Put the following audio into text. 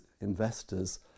investors